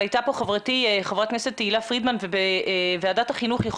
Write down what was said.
אבל הייתה פה חברתי חברת הכנסת תהלה פרידמן ובוועדת החינוך דובר על